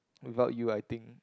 without you I think